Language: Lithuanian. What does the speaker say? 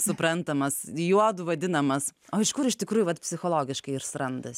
suprantamas juodu vadinamas o iš kur iš tikrųjų vat psichologiškai jis randas